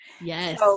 Yes